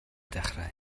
dechrau